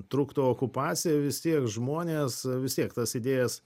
truktų okupacija vis tiek žmonės vis tiek tas idėjas